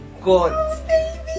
god